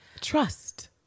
Trust